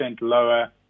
lower